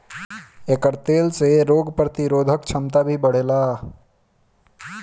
एकर तेल से रोग प्रतिरोधक क्षमता भी बढ़ेला